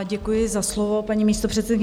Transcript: Děkuji za slovo, paní místopředsedkyně.